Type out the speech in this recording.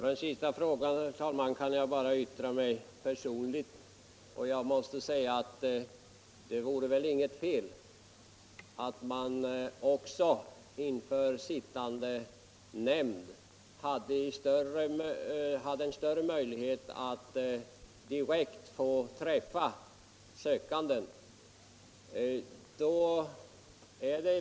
Herr talman! På den frågan kan jag bara yttra mig för egen del. Jag vill då svara att det vore väl inget fel om man inför sittande nämnd hade större möjligheter att direkt höra sökanden.